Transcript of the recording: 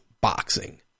boxing